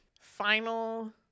final